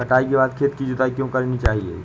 कटाई के बाद खेत की जुताई क्यो करनी चाहिए?